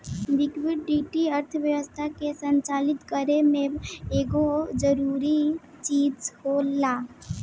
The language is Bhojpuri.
लिक्विडिटी अर्थव्यवस्था के संचालित करे में एगो जरूरी चीज होखेला